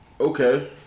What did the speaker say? okay